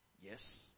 Yes